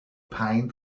pain